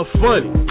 funny